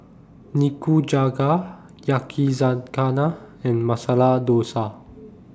Nikujaga Yakizakana and Masala Dosa